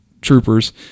Troopers